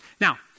Now